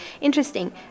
interesting